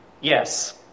Yes